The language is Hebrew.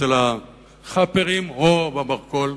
אצל ה"חאפרים" או במרכול.